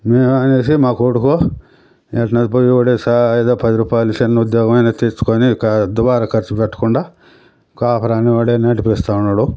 అనేసి మా కొడుకు ఏట్నకో పోయేవాడు స ఏదో పది రూపాయలు చిన్న ఉద్యోగం అయినా తెచ్చుకొని కా దుబారా ఖర్చు పెట్టకుండా కాపురాన్ని వాడే నెట్టుకొస్తూ ఉన్నాడు